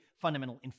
fundamental